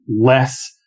less